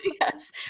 Yes